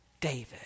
David